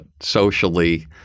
Socially